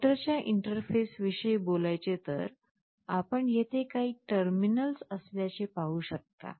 मोटरच्या इंटरफेसविषयी बोलायचे तर आपण येथे काही टर्मिनल असल्याचे पाहू शकता